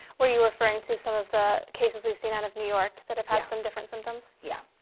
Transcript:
were you referring to some of the cases we've seen out of new york that have had some different symptoms? yeah.